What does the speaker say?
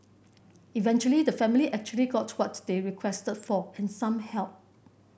eventually the family actually got what they requested for and some help